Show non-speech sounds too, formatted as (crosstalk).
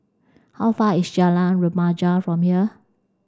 how far is (unintelligible) Remaja from here